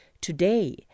today